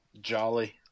jolly